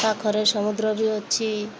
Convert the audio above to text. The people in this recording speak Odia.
ପାଖରେ ସମୁଦ୍ର ବି ଅଛି